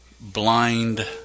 blind